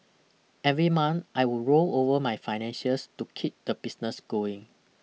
every month I would roll over my finances to keep the business going